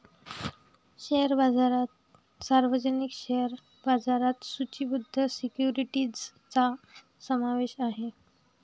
share बाजारात सार्वजनिक share बाजारात सूचीबद्ध सिक्युरिटीजचा समावेश आहे